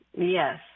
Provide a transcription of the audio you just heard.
Yes